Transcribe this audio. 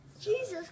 Jesus